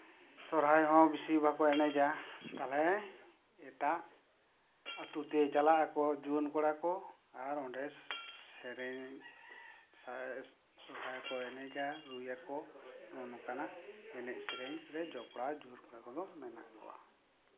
ᱥᱚᱨᱦᱟᱭ ᱦᱚᱸ ᱵᱤᱥᱤ ᱵᱟᱠᱚ ᱮᱱᱮᱡᱟ ᱛᱟᱞᱦᱮ ᱮᱴᱟᱜ ᱟᱹᱛᱩ ᱛᱮ ᱪᱟᱞᱟᱜ ᱟᱠᱚ ᱡᱩᱣᱟᱹᱱ ᱠᱚᱲᱟᱠᱚ ᱟᱨ ᱚᱸᱰᱮ ᱥᱮᱹᱨᱮᱹᱧ ᱥᱚᱨᱦᱟᱭ ᱠᱚ ᱮᱱᱮᱡᱟ ᱨᱩᱭᱟᱠᱚ ᱱᱚᱜᱼᱚ ᱱᱚᱝᱠᱱᱟᱜ ᱮᱱᱮᱡᱼᱥᱮᱹᱨᱮᱹᱧ ᱨᱮ ᱡᱚᱯᱲᱟᱣ ᱡᱩᱣᱟᱹᱱ ᱠᱚᱲᱟ ᱠᱚᱫᱚ ᱢᱮᱱᱟᱜ ᱠᱚᱣᱟ